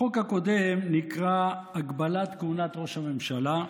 החוק הקודם נקרא "הגבלת כהונת ראש הממשלה",